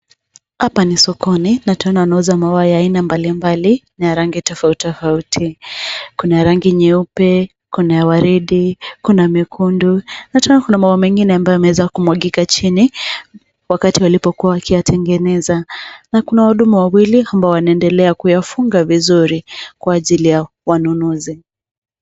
Hapa ni sokoni na tunaona wanauza maua ya aina mbalimbali, na ya rangi tofauti, tofauti. Kuna ya rangi nyeupe, kuna ya waridi, kuna mekundu na tunaona kuna maua mengine ambayo yameweza kumwagika chini, wakati walipokua wakiyatengeneza. Na kuna wahudumu wawili ambao wanaendelea kuyafunga vizuri, kwa ajili ya wanunuzi.